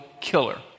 killer